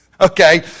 Okay